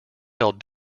held